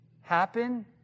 happen